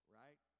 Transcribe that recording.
right